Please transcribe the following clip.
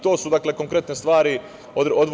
To su konkretne stvari.